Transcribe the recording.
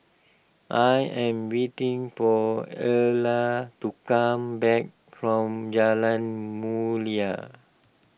I am waiting for Erla to come back from Jalan Mulia